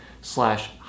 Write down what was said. slash